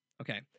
Okay